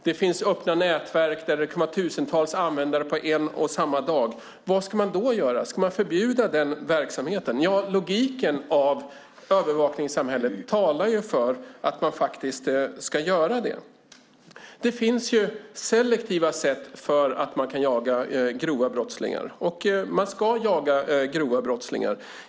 Det finns öppna nätverk som kan ha tusentals användare på en och samma dag. Vad ska man då göra? Ska man förbjuda den verksamheten? Ja, logiken av övervakningssamhället talar för att man faktiskt ska göra det. Det finns selektiva sätt att jaga grova brottslingar, och man ska jaga grova brottslingar.